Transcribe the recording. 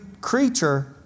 creature